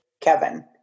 Kevin